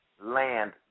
Land